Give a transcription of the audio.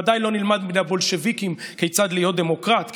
בוודאי לא נלמד מן הבולשביקים כיצד להיות דמוקרט,